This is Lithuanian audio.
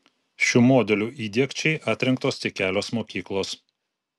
šių modelių įdiegčiai atrinktos tik kelios mokyklos